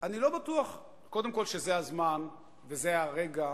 אני לא בטוח שזה הזמן וזה הרגע